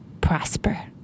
prosper